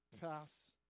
pass